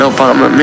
Obama